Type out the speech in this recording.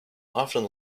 often